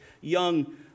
young